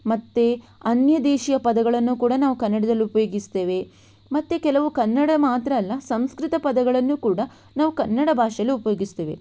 ಮತ್ತು ಅನ್ಯದೇಶೀಯ ಪದಗಳನ್ನು ಕೂಡ ನಾವು ಕನ್ನಡದಲ್ಲಿ ಉಪಯೋಗಿಸ್ತೇವೆ ಮತ್ತು ಕೆಲವು ಕನ್ನಡ ಮಾತ್ರ ಅಲ್ಲ ಸಂಸ್ಕೃತ ಪದಗಳನ್ನು ಕೂಡ ನಾವು ಕನ್ನಡ ಭಾಷೆಯಲ್ಲಿ ಉಪಯೋಗಿಸ್ತೇವೆ